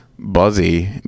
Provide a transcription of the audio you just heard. Buzzy